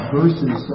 verses